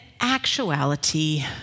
actuality